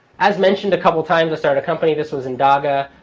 as mentioned a couple of times, i started a company. this was in dhaka.